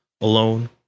alone